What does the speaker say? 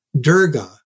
Durga